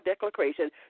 declaration